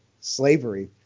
slavery